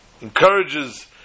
encourages